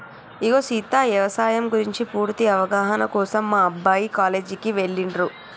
ఇగో సీత యవసాయం గురించి పూర్తి అవగాహన కోసం మా అబ్బాయి కాలేజీకి ఎల్లిండు